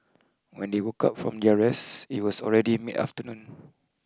when they woke up from their rest it was already mid afternoon